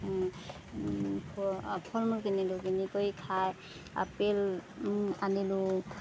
ফল মূল কিনিলোঁ কিনি কৰি খাই আপেল আনিলোঁ